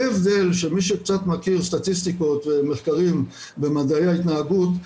זה הבדל שמי שקצת מכיר סטטיסטיקות ומחקרים במדעי ההתנהגות,